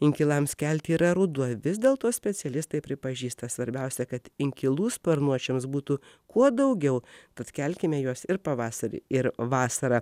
inkilams kelti yra ruduo vis dėlto specialistai pripažįsta svarbiausia kad inkilų sparnuočiams būtų kuo daugiau tad kelkime juos ir pavasarį ir vasarą